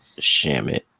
Shamit